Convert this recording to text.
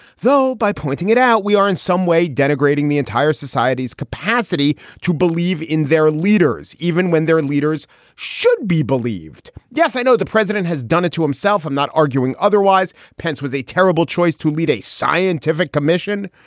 so by pointing it out, we are in some way denigrating the entire society's capacity to believe in their leaders, even when their leaders should be believed. yes, i know the president has done it to himself. i'm not arguing otherwise. pence was a terrible choice to lead a scientific commission.